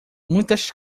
muitas